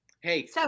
Hey